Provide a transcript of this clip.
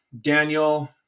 Daniel